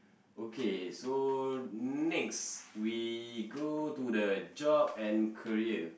okay so next we go to the job and career